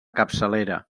capçalera